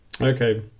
Okay